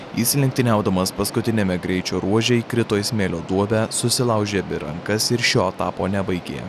jis lenktyniaudamas paskutiniame greičio ruože įkrito į smėlio duobę susilaužė abi rankas ir šio etapo nebaigė